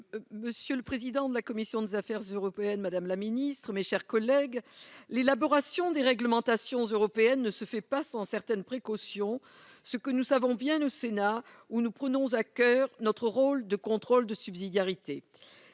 monsieur le président de la commission des Affaires européennes, Madame la Ministre, mes chers collègues, l'élaboration des réglementations européennes ne se fait pas sans certaines précautions, ce que nous savons bien au Sénat où nous prenons à coeur notre rôle de contrôle de subsidiarité